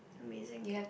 amazing